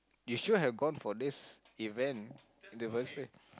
you should have gone for this event in the first place